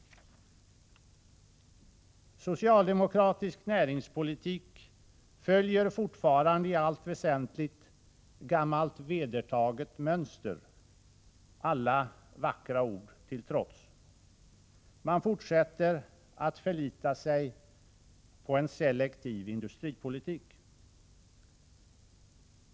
Socialdemokratisk näringspolitik följer fortfarande i allt väsentligt gammalt vedertaget mönster — alla vackra ord till trots. Man fortsätter att förlita sig på en selektiv industripolitik.